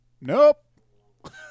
Nope